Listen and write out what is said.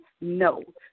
No